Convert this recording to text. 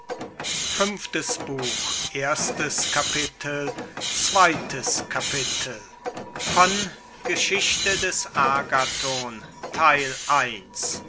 zweites buch erstes kapitel wer der käufer des agathon